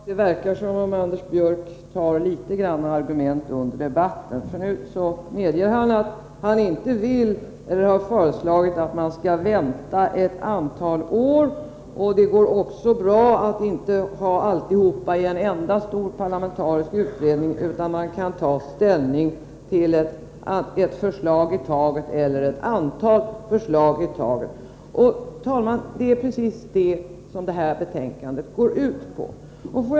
Herr talman! Jag tycker också att det är bra att det verkar som om Anders Björck tar litet grand intryck av argument under debatten. Nu medger han att han inte har föreslagit att man skall vänta ett antal år, och det går också bra att inte ha alltihop i en enda stor parlamentarisk utredning, utan man kan ta ställning till ett eller ett antal förslag i taget. Det är precis det som det här betänkandet går ut på.